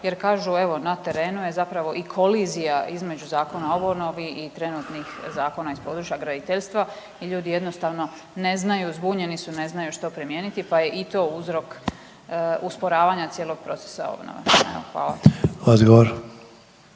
jer kažu na terenu je zapravo i kolizija između Zakona o obnovi i trenutnih zakona iz područja graditeljstva jer ljudi jednostavno ne znaju, zbunjeni su ne znaju što primijeniti pa je i to uzrok usporavanja cijelog procesa obnove? Hvala.